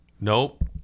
Nope